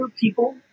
people